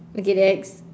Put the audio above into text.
okay next